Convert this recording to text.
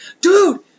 dude